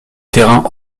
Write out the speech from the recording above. terrain